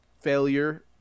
failure